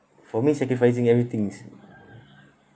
for me sacrificing everything is